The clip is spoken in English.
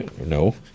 No